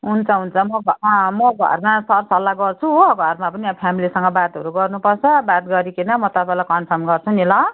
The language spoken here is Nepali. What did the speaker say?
हुन्छ हुन्छ म भ अँ म घरमा सरसल्लाह गर्छु हो घरमा पनि अब फेमलीसँग बातहरू गर्नुपर्छ बात गरिकिन म तपाईँलाई कन्फर्म गर्छु नि ल